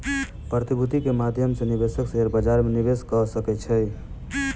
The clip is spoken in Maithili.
प्रतिभूति के माध्यम सॅ निवेशक शेयर बजार में निवेश कअ सकै छै